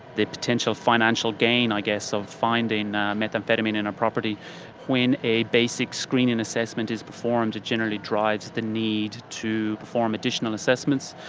the potential financial gain i guess of finding methamphetamine in a property when a basic screening assessment is performed, it generally drives the need to perform additional assessments.